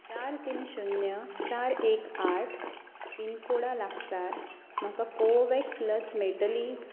चार तीन शुन्य चार एक आठ पिनकोडा लागसार म्हाका कोवोव्हॅक्स लस मेळटली